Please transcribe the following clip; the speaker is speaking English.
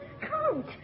Count